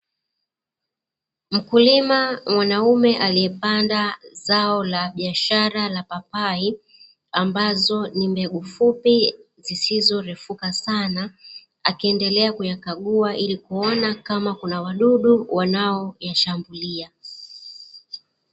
Mkulima mwanaume aliyepanda zao la biashara la papai, ambazo ni mbegu fupi, zisizo refuka sana akiendelea kuyakagua ili kuona kama kuna wadudu wanaoyashambulia.